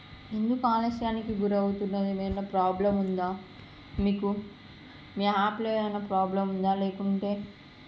ఎందుకు ఆలస్యయానికి గురవుతుందా ఏదయినా ప్రాబ్లం ఉందా మీకు మీ యాప్లో ఏమైనా ప్రాబ్లం ఉందా లేకుంటే